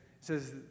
says